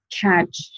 catch